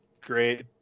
Great